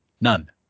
none